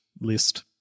list